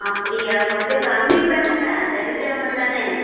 அப்படியா கொஞ்சம் கம்மி பண்ணுங்கள் தெரிஞ்சவங்க தானே